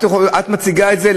את מציגה את זה,